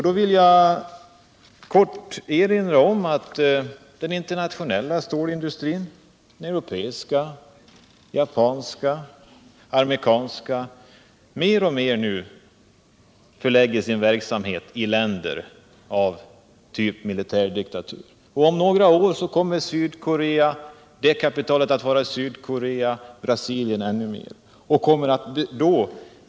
Då vill jag kort erinra om att den internationella stålindustrin — den europeiska, japanska, amerikanska osv. — mer och mer förlägger sin verksamhet till länder av typ militärdiktatur. Och om några år kommer det kapitalet att vara i Sydkorea och i ännu större utsträckning i Brasilien.